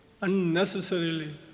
unnecessarily